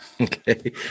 Okay